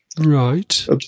right